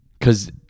Cause